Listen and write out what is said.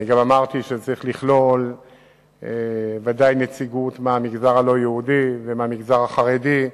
גם אמרתי שוודאי שצריך לכלול נציגות מהמגזר הלא-יהודי ומהמגזר החרדי,